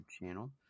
channel